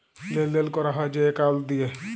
লেলদেল ক্যরা হ্যয় যে একাউল্ট দিঁয়ে